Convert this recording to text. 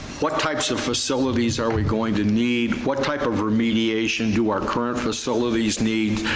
what types of facilities are we going to need, what type of remediation do our current facilities need,